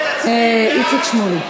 איציק שמולי.